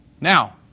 Now